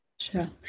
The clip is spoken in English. Sure